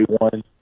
one